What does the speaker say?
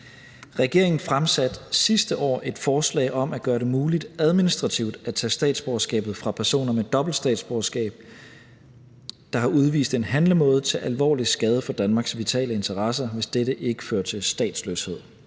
Regeringen fremsatte sidste år et forslag om at gøre det muligt administrativt at tage statsborgerskabet fra personer med dobbelt statsborgerskab, der har udvist en handlemåde til alvorlig skade for Danmarks vitale interesser, hvis dette ikke fører til statsløshed.